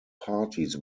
parties